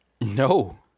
No